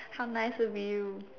how nice of you